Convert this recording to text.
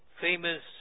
famous